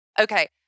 okay